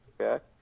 Okay